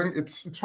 um it's